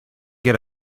get